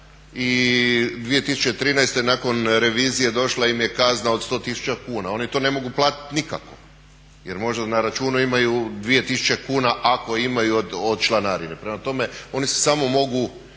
i 2013. nakon revizije došla im je kazna od 100 tisuća kuna, oni to ne mogu platiti nikako jer možda na računu imaju 2000 kuna ako imaju od članarine. Prema tome, oni se samo mogu